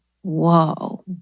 whoa